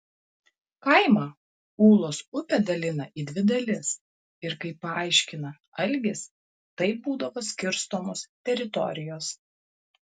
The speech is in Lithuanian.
kaimą ūlos upė dalina į dvi dalis ir kaip paaiškina algis taip būdavo skirstomos teritorijos